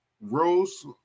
Rose